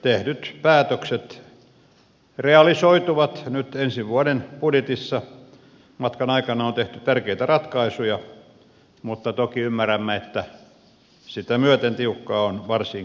tehdyt päätökset realisoituvat nyt ensi vuoden budjetissa matkan aikana on tehty tärkeitä ratkaisuja mutta toki ymmärrämme että sitä myöten tiukkaa on varsinkin kunnissa